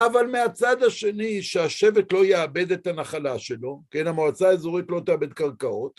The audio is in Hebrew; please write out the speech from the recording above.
אבל מהצד השני, שהשבט לא יאבד את הנחלה שלו, כן, המועצה האזורית לא תאבד קרקעות.